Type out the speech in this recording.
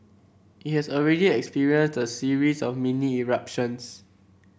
it has already experienced a series of mini eruptions